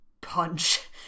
punch